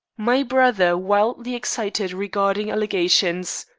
my brother wildly excited regarding allegations.